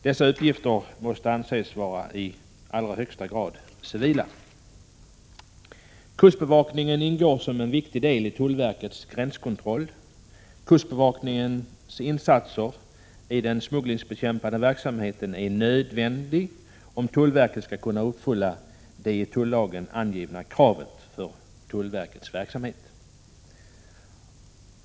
Dessa uppgifter måste anses vara i allra högsta grad civila. Kustbevakningen ingår som en viktig del i tullverkets gränskontroll. Kustbevakningens insatser i den smugglingsbekämpande verksamheten är nödvändiga, om tullverket skall kunna uppfylla det i tullagen angivna kravet på tullverkets verksamhet.